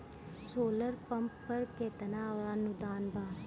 Solar pump पर केतना अनुदान बा?